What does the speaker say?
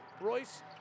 Royce